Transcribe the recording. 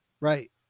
right